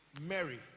Mary